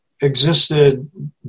existed